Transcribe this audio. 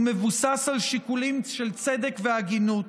הוא מבוסס על שיקולים של צדק והגינות.